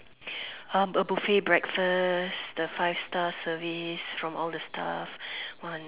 a buffet breakfast the five star service from all the staff one